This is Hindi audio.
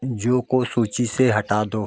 जो को सूची से हटा दो